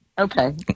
Okay